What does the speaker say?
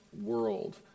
world